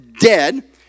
dead